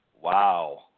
Wow